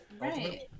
Right